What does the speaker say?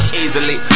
easily